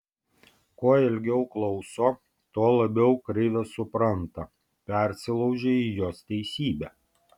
kuo ilgiau klauso tuo labiau krivę supranta persilaužia į jos teisybę